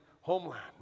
homeland